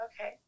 Okay